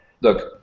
look